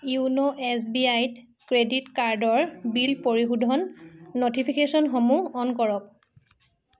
YONO S B I ত credit কাৰ্ডৰ bill পৰিশোধন ন'টিফিকেশ্যনসমূহ অন কৰক